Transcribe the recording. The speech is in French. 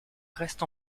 reste